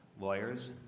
lawyers